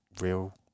real